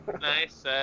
nice